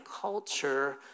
culture